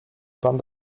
pan